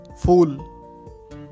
Fool